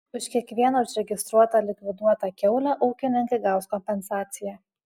už kiekvieną užregistruotą likviduotą kiaulę ūkininkai gaus kompensaciją